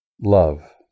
Love